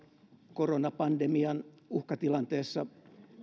koronapandemian uhkatilanteessa